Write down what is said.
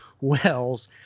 Wells